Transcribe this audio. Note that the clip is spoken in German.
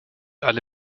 alle